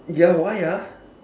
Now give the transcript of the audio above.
ya why ah